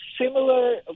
similar